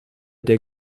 der